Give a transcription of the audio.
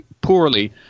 poorly